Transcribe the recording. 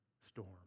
storm